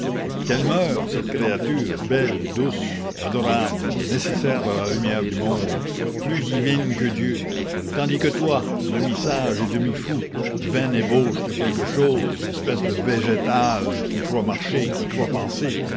qu'elle meure cette créature belle douce adorable nécessaire à la lumière du monde plus divine que dieu tandis que toi demi sage et demi fou vaine ébauche de quelque chose espèce de végétal qui crois marcher et qui crois penser